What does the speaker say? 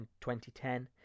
2010